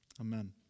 Amen